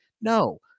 no